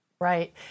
Right